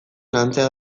lantzea